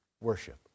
worship